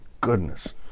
goodness